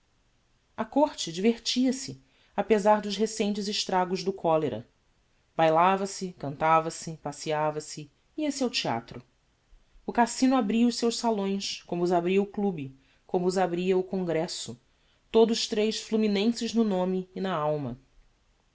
a corte divertia-se apesar dos recentes estragos do cholera bailava se cantava-se passeava se ia-se ao theatro o cassino abria os seus salões como os abria o club como os abria o congresso todos tres fluminenses no nome e na alma